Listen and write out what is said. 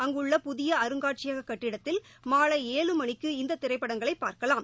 அங்குள்ள புதிய அருங்காட்சியக கட்டிடத்தில் மாலை ஏழு மணிக்கு இந்த திரைப்படங்களை பார்க்கலாம்